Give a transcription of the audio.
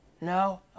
No